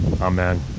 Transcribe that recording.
Amen